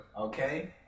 Okay